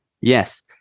Yes